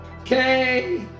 Okay